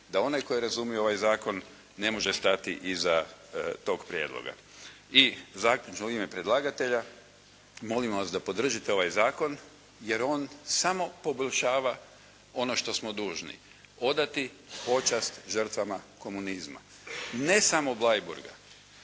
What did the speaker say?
da onaj tko je razumio ovaj zakon ne može stati iza tog prijedloga. I zaključno u ime predlagatelja. Molimo vas da podržite ovaj zakon jer on samo poboljšava ono što smo dužni, odati počast žrtvama komunizma, ne samo Bleiburga.